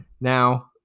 now